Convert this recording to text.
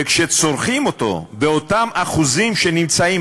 וכשצורכים אותו באותם אחוזים שנמצאים